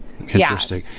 Interesting